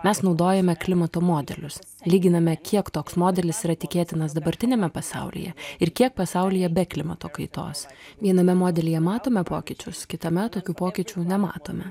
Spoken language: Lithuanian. mes naudojame klimato modelius lyginame kiek toks modelis yra tikėtinas dabartiniame pasaulyje ir kiek pasaulyje be klimato kaitos viename modelyje matome pokyčius kitame tokių pokyčių nematome